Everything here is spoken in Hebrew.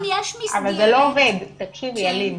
אם יש מסגרת --- תקשיבי, אלין.